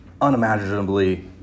unimaginably